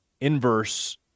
inverse